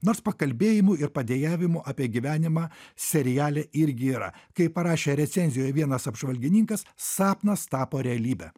nors pakalbėjimų ir padejavimų apie gyvenimą seriale irgi yra kaip parašė recenzijoj vienas apžvalgininkas sapnas tapo realybe